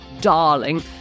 darling